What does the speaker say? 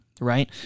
Right